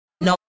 no